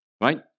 right